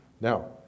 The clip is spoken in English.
Now